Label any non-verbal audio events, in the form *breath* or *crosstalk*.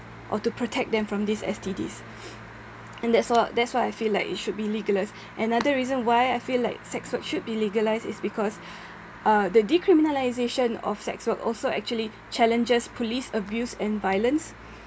or to protect them from these S_T_Ds *noise* and that's all that's why I feel like it should be legalised *breath* another reason why I feel like sex work should be legalised is because *breath* uh the dicriminalisation of sex work also actually challenges police abuse and violence